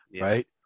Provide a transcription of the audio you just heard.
Right